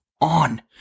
on